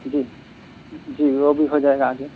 جی جی وہ بھی ہو جائے گا آگے